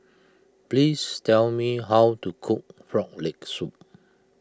please tell me how to cook Frog Leg Soup